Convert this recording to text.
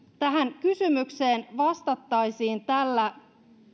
tähän kysymykseen vastattaisiin tällä